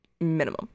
minimum